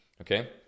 okay